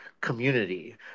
community